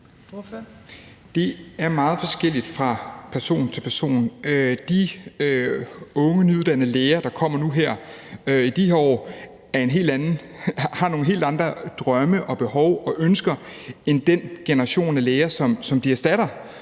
Det er meget forskelligt fra person til person. De unge nyuddannede læger, der kommer i de her år, har nogle helt andre drømme, behov og ønsker end den generation af læger, som de erstatter.